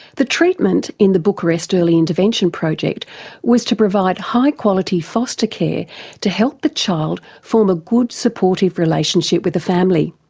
the treatment in the bucharest early intervention project was to provide high quality foster care to help the child form a good supportive relationship with a family.